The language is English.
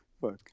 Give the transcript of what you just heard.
Fuck